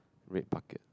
red bucket